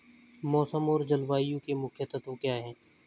मौसम और जलवायु के मुख्य तत्व क्या हैं?